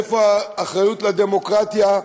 איפה האחריות לדמוקרטיה?